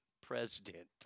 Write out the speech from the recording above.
president